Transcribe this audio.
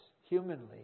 humanly